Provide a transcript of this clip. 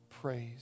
praise